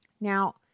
Now